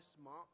smart